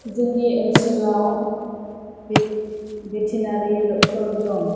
जोंनि ओनसोलाव बे भेटेनारि डक्टर दं